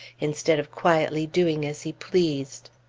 instead of quietly doing as he pleased?